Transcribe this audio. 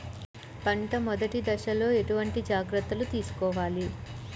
పంట మెదటి దశలో ఎటువంటి జాగ్రత్తలు తీసుకోవాలి?